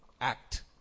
act